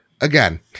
Again